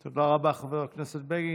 תודה, חבר הכנסת בגין.